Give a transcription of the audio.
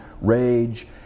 rage